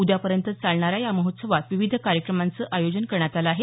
उद्यापर्यंत चालणाऱ्या या महोत्सव विविध कार्यक्रमांचं आयोजन करण्यात आलं आहे